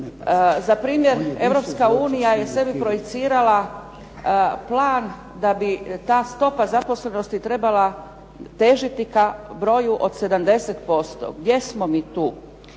Za primjer, Europska unija je sebi projicirala plan da bi ta stopa zaposlenosti trebala težiti ka broju od 70%. Gdje smo mi tu?